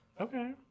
Okay